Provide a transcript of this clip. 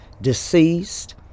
deceased